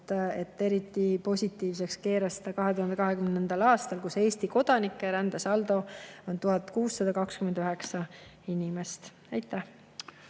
Eriti positiivseks keeras see 202[2]. aastal, kui Eesti kodanike rändesaldo oli 1629 inimest. Aitäh!